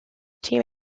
team